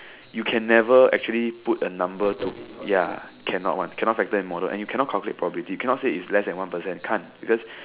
you can never actually put a number to ya cannot one cannot Factor in model and you cannot calculate probability you cannot say it's less than one percent can't because